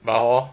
but hor